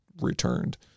returned